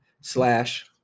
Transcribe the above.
slash